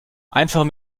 einfach